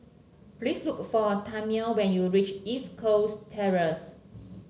please look for Tammie when you reach East Coast Terrace